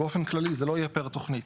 באופן כללי, זה לא יהיה פר תוכנית.